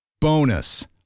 Bonus